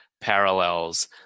parallels